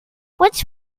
which